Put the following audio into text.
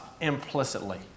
implicitly